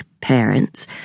parents